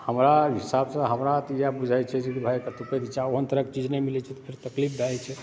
हमरा हिसाबसंँ हमरा तऽ याह बुझाइ छै जे भाय कतहुँ पैघ चाहे ओहन तरहकेँ चीज नहि भेटै छै तऽ फेर तकलीफ भए जाइ छै